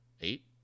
Eight